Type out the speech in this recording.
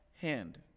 hand